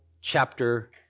chapter